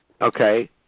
okay